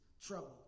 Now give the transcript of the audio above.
trouble